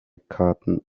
karten